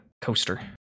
coaster